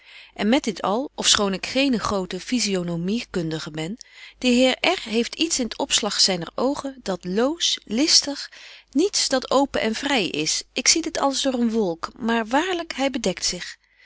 en met dit al ofschoon ik geene grote phisionomie kundige ben de heer r heeft iets in t opslag zyner oogen dat loos listig niets dat open en vry is ik zie dit alles door een wolk maar waarlyk hy bedekt zich